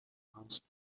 announced